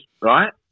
right